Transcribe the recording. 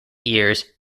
years